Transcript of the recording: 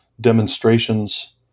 demonstrations